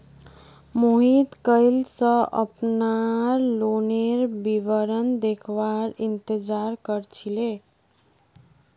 मोहित कइल स अपनार लोनेर विवरण देखवार इंतजार कर छिले